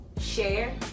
share